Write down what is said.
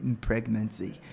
pregnancy